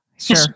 sure